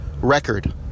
record